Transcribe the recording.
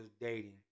dating